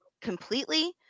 completely